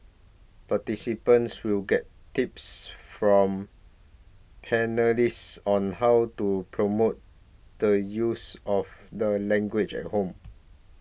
participants will get tips from panellists on how to promote the use of the language at home